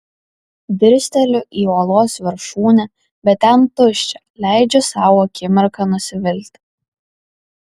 dirsteliu į uolos viršūnę bet ten tuščia leidžiu sau akimirką nusivilti